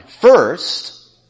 First